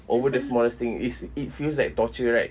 over the smallest thing is it feels like torture right